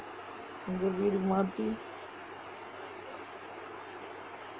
இங்கே வீடு மாத்தி:ingae veeda maathi